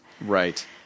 Right